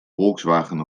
volkswagen